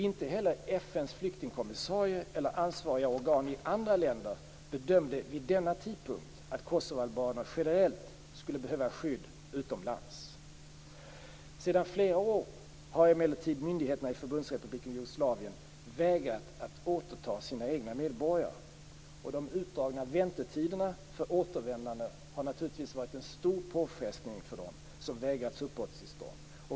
Inte heller FN:s flyktingkommissarie eller ansvariga organ i andra länder bedömde vid denna tidpunkt att kosovoalbaner generellt skulle behöva skydd utomlands. Sedan flera år har emellertid myndigheterna i Förbundsrepubliken Jugoslavien vägrat att återta sina egna medborgare. De utdragna väntetiderna för återvändandet har naturligtvis varit en stor påfrestning för dem som vägrats uppehållstillstånd.